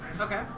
Okay